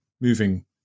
moving